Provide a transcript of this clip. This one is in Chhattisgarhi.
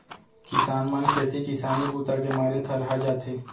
किसान मन खेती किसानी बूता के मारे थरहा जाथे